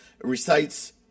recites